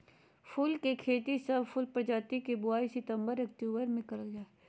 फूल के खेती, सब फूल प्रजाति के बुवाई सितंबर अक्टूबर मे करल जा हई